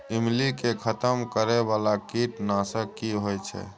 ईमली के खतम करैय बाला कीट नासक की होय छै?